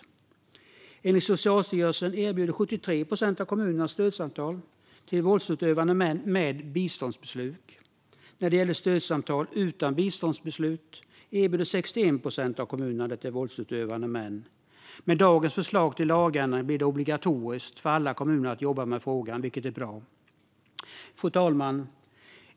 Enligt Socialstyrelsen erbjuder 73 procent av kommunerna stödsamtal till våldsutövande män med biståndsbeslut. När det gäller stödsamtal utan biståndsbeslut erbjuder 61 procent av kommunerna det till våldsutövande män. Med dagens förslag till lagändring blir det obligatoriskt för alla kommuner att jobba med frågan, vilket är bra. Fru talman!